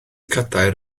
cadair